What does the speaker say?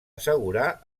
assegurar